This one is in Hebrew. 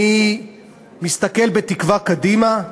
אני מסתכל בתקווה קדימה,